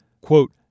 quote